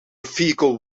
vehicle